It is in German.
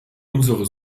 unsere